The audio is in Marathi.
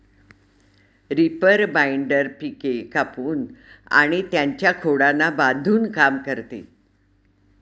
रीपर बाइंडर पिके कापून आणि त्यांच्या खोडांना बांधून काम करते